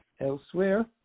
elsewhere